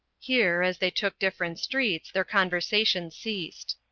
here, as they took different streets, their conversation ceased.